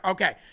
Okay